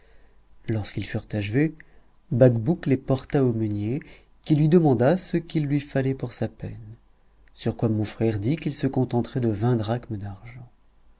furent achevés bacbouc les porta au meunier qui lui demanda ce qu'il lui fallait pour sa peine sur quoi mon frère dit qu'il se contenterait de vingt drachmes d'argent